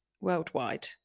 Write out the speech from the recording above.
worldwide